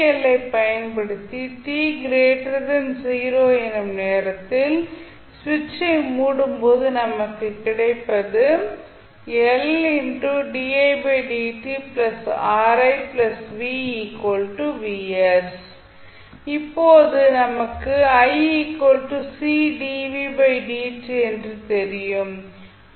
L ஐ பயன்படுத்தி t 0 எனும் நேரத்தில் சுவிட்சை மூடும் போது நமக்கு கிடைப்பது இப்போது நமக்கு என்று தெரியும்